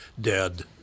dead